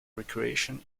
recreation